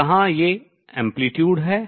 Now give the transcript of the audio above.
जहां ये आयाम हैं